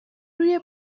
روی